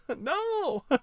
No